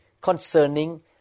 concerning